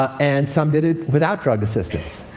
and some did it without drug assistance.